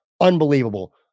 unbelievable